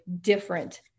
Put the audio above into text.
different